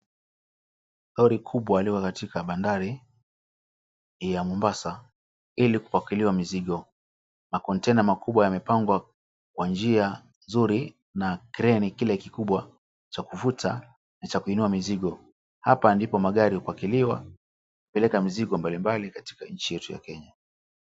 Lori kubwa liko katika bandari ya Mombasa ilikupakuliwa mizigo. Makontena makubwa yamepangwa kwa njia nzuri na kreni kile kikubwa cha kuvuta na cha kuinua mizigo, hapa ndipo magari hupakiliwa ikipeleka mizigo mbalimbali katika nchi yetu ya Kenya.